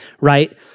right